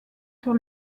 sur